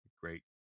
great